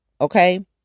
okay